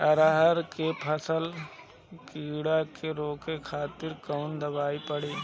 अरहर के फसल में कीड़ा के रोके खातिर कौन दवाई पड़ी?